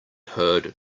heard